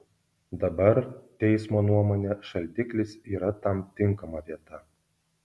dabar teismo nuomone šaldiklis yra tam tinkama vieta